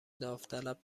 داوطلب